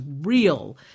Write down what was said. real